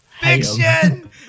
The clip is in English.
fiction